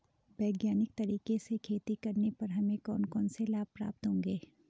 वैज्ञानिक तरीके से खेती करने पर हमें कौन कौन से लाभ प्राप्त होंगे?